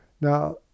Now